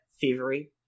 Thievery